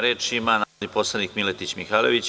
Reč ima narodni poslanik Miletić Mihajlović.